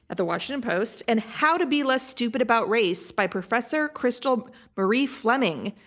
at the washington post. and how to be less stupid about race by professor crystal marie fleming,